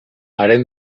haren